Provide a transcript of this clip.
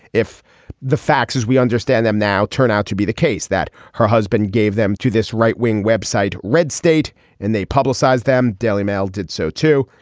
if the facts as we understand them now turn out to be the case that her husband gave them to this right wing web site red state and they publicize them daily mail did so too.